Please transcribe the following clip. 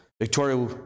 Victoria